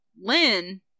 Lynn